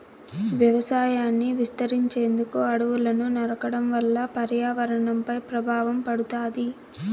వ్యవసాయాన్ని విస్తరించేందుకు అడవులను నరకడం వల్ల పర్యావరణంపై ప్రభావం పడుతాది